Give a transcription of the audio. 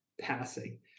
passing